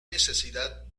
necesidad